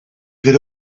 could